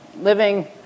living